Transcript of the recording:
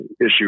issue